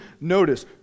notice